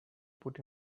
put